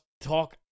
talk